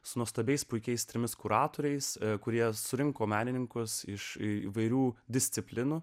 su nuostabiais puikiais trimis kuratoriais kurie surinko menininkus iš įvairių disciplinų